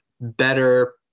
better